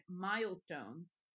milestones